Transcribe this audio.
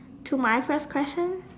to my first question